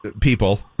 people